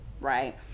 right